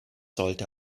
sollte